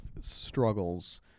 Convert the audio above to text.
struggles